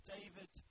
David